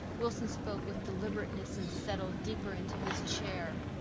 wilson spoke with deliberateness and settled deeper into his chair,